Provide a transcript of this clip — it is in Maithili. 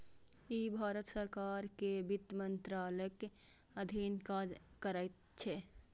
ई भारत सरकार के वित्त मंत्रालयक अधीन काज करैत छै